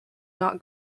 not